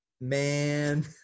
Man